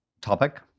topic